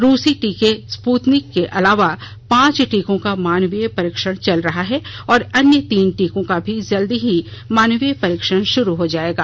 रूसी टीके स्पृतनिक के अलावा पांच टीकों का मानवीय परीक्षण चल रहा है और अन्य तीन टीकों का भी जल्दी ही मानवीय परीक्षण शुरू हो जाएगा